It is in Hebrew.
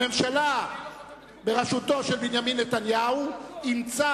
הממשלה בראשותו של בנימין נתניהו אימצה